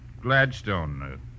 Gladstone